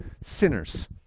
sinners